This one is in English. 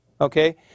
Okay